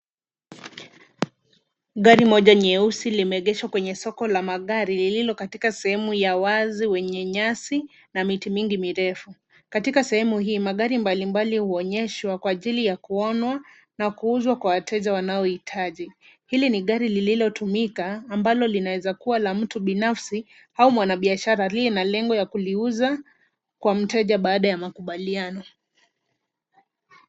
Gari moja nyeusi limeegeshwa kwenye soko la magari lililo katika sehemu ya wazi wenye nyasi na miti mingi mirefu. Katika sehemu hii magari mbalimbali huonyeshwa kwa ajili ya kuonwa na kuuzwa kwa wateja wanaohitaji. Hili ni gari lililotumika ambalo linaweza kuwa la mtu binafsi au mwanabiashara aliye na lengo la kuliuza kwa mteja baada ya makubaliano.